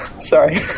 Sorry